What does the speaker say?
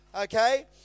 okay